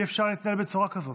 אי-אפשר להתנהל בצורה כזאת.